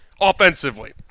offensively